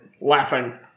laughing